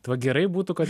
tai va gerai būtų kad